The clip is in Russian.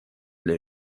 для